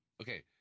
Okay